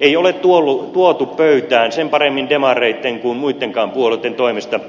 ei ole tuotu pöytään sen paremmin demareitten kuin muittenkaan puolueitten toimesta